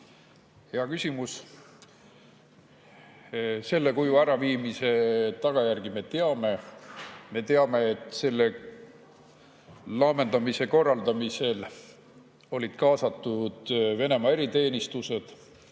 Hea küsimus. Selle kuju äraviimise tagajärgi me teame. Me teame, et selle laamendamise korraldamisse olid kaasatud Venemaa eriteenistused